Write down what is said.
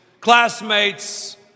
classmates